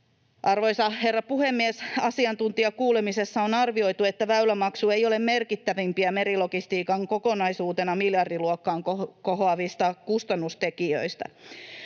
Arvoisa herra puhemies! Asiantuntijakuulemisessa on arvioitu, että väylämaksu ei ole merkittävimpiä merilogistiikan kokonaisuutena miljardiluokkaan kohoavista kustannustekijöistä.